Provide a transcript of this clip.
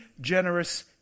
generous